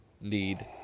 need